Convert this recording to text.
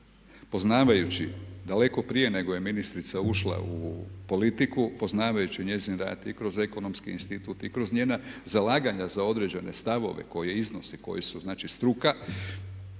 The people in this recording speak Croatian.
poznavajući daleko prije nego je ministrica ušla u politiku, poznavajući njezin rad i kroz ekonomski institut, i kroz njena zalaganja za određene stavove koje iznosi, koji su znači